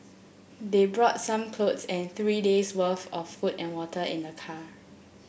they brought some clothes and three days'worth of food and water in the car